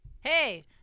Hey